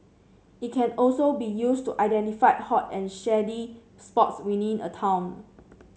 it can also be used to identify hot and shady spots within a town